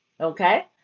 okay